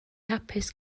hapus